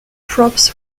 props